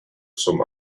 zum